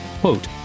quote